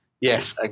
yes